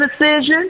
decision